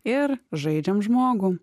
ir žaidžiam žmogų